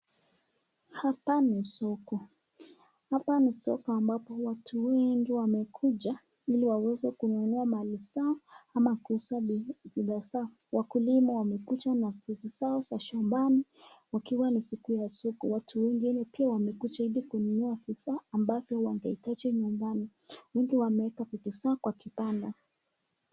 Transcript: Hapa ni soko, hapa ni soko ambapo watu wengi wamekuja ili waweze kununua mali zao ama kuuza bidhaa zao, wakulima wamekuja na vitu zao za shambani ikiwa ni siku ya soko ,watu wengine pia wamekuja ili kununua bidhaa ambavyo wangehitaji nyumbani huku wameweka vitu zao kwa kibanda.